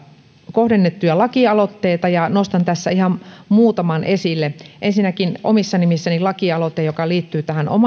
kohdennettuja lakialoitteita ja nostan tässä ihan muutaman esille ensinnäkin omissa nimissäni on lakialoite joka liittyy